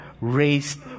Raised